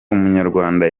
umunyarwanda